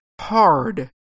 hard